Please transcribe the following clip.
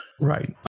Right